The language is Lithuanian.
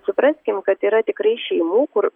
supraskim kad yra tikrai šeimų kur